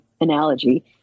analogy